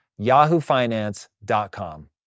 yahoofinance.com